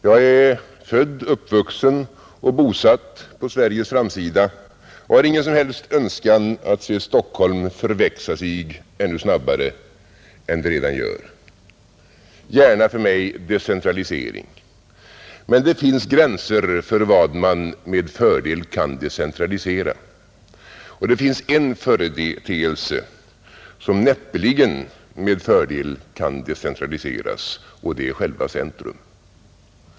Jag är född, uppvuxen och bosatt på Sveriges framsida och har ingen som helst önskan att se Stockholm förväxa sig ännu snabbare än det redan gör. Gärna för mig decentralisering, men det finns gränser för vad man med fördel kan decentralisera, och det finns en företeelse som näppeligen med fördel kan decentraliseras, och det är själva centrum.